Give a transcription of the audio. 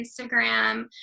Instagram